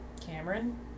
Cameron